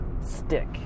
stick